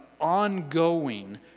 ongoing